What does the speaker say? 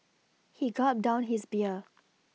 he gulped down his beer